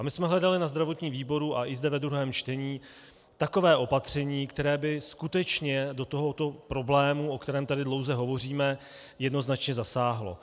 My jsme hledali na zdravotním výboru i zde ve druhém čtení takové opatření, které by skutečně do tohoto problému, o kterém tady dlouze hovoříme, jednoznačně zasáhlo.